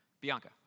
Bianca